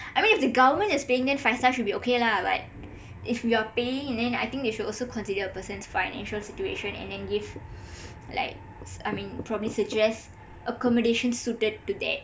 I mean if the government is paying then five star should be okay lah but if you are paying and then I think they should also consider a person's financial situation and then give like I mean probably suggest accomodation suited to that